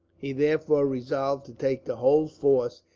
he therefore resolved to take the whole force,